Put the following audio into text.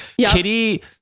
Kitty